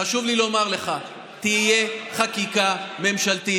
חשוב לי לומר לך: תהיה חקיקה ממשלתית.